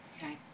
Okay